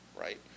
right